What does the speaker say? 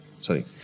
sorry